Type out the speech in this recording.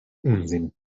unsinn